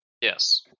Yes